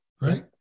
right